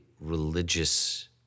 religious